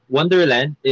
Wonderland